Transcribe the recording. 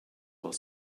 while